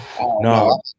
No